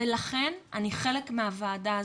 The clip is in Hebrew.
ולכן אני חלק מהוועדה הזאת.